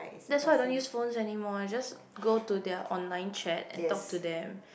that's why I don't use phones anymore I just go to their online chat and talk to them